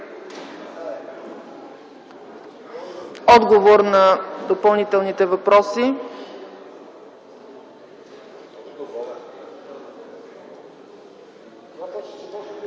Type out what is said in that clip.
Отговор на допълнителните въпроси.